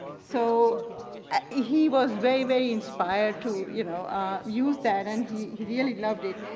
so ah he was very, very inspired to you know use that and he really loved it.